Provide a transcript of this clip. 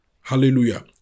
Hallelujah